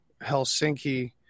Helsinki